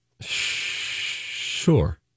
Sure